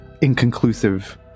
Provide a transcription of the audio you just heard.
inconclusive